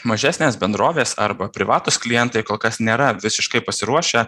mažesnės bendrovės arba privatūs klientai kol kas nėra visiškai pasiruošę